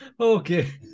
Okay